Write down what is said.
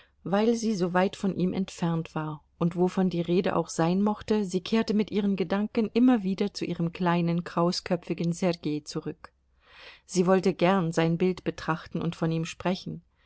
weil sie so weit von ihm entfernt war und wovon die rede auch sein mochte sie kehrte mit ihren gedanken immer wieder zu ihrem kleinen krausköpfigen sergei zurück sie wollte gern sein bild betrachten und von ihm sprechen